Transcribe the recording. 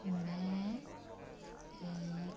मैं एक